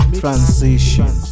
transition